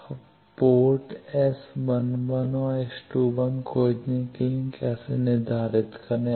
अब port S11 और S2 1 खोजने के लिए कैसे निर्धारित करें